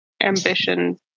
ambition